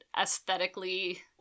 aesthetically